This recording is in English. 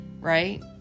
right